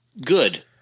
good